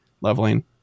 leveling